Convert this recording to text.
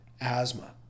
asthma